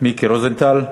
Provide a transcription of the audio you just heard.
מיקי רוזנטל.